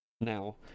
Now